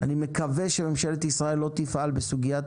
אני מקווה שממשלת ישראל לא תפעל בסוגיית